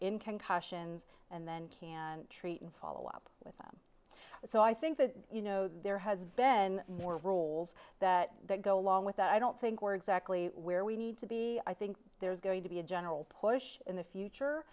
in concussions and then can treat and follow up with it so i think that you know there has been more rules that go along with that i don't think we're exactly where we need to be i think there's going to be a general push in the future